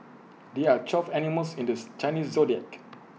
there are twelve animals in the Chinese Zodiac